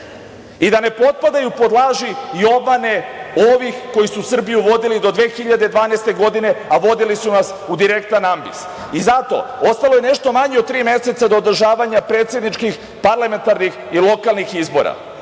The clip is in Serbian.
i da ne potpadaju pod laži i obmane ovih koji su Srbiju vodili do 2012. godine, a vodili su nas u direktan ambis. Ostalo je nešto manje od tri meseca do održavanja predsedničkih, parlamentarnih i lokalnih izbora